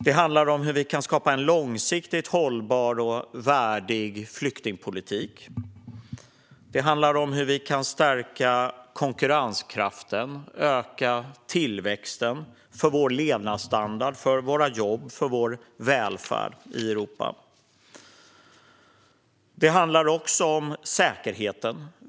Det handlar om hur vi kan skapa en långsiktigt hållbar och värdig flyktingpolitik. Det handlar om hur vi kan stärka konkurrenskraften och öka tillväxten - för vår levnadsstandard, för våra jobb och för vår välfärd i Europa. Det handlar också om säkerheten.